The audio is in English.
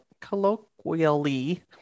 colloquially